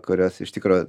kurios iš tikro